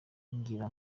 ngira